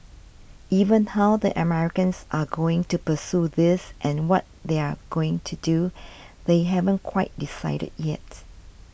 even how the Americans are going to pursue this and what they're going to do they haven't quite decided yet